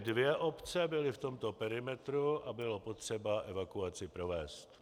Obě dvě obce byly v tomto perimetru a bylo potřeba evakuaci provést.